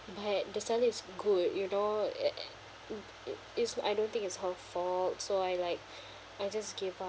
but the seller is good you know it it mm mm it's I don't think it's her fault so I like I just give up